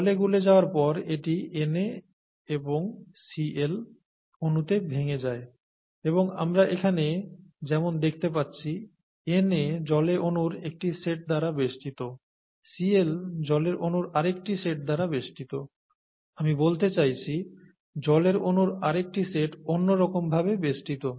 জলে গুলে যাওয়ার পর এটি Na এবং Cl অণুতে ভেঙে যায় এবং আমরা এখানে যেমন দেখতে পাচ্ছি Na জলের অনুর একটি সেট দ্বারা বেষ্টিত Cl জলের অনুর আরেকটি সেট দ্বারা বেষ্টিত আমি বলতে চাইছি জলের অনুর আরেকটি সেট অন্যরকম ভাবে বেষ্টিত